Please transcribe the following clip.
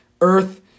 Earth